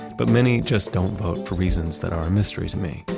but many just don't vote for reasons that are mystery to me.